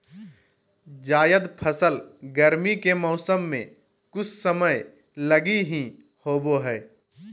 जायद फसल गरमी के मौसम मे कुछ समय लगी ही होवो हय